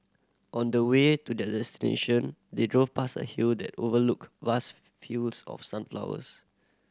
on the way to their destination they drove past a hill that overlooked vast fields of sunflowers